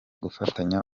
gufatanya